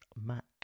Mac